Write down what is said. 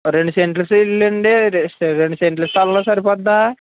రెండు సెంట్లు రెండు సెంట్లు స్థలం సరిపోద్దా